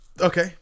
Okay